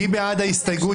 מי בעד ההסתייגות?